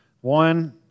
one